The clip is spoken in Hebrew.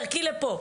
בדרכי לפה,